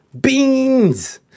Beans